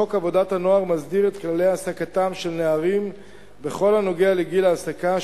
חוק עבודת הנוער מסדיר את כללי העסקתם של נערים בכל הנוגע לגיל ההעסקה,